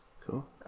Cool